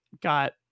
got